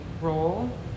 role